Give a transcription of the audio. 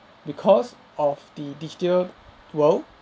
because of the digital world